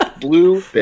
blue